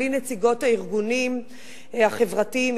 בלי נציגות הארגונים החברתיים,